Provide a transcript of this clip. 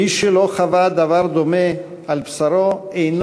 מי שלא חווה דבר דומה על בשרו אינו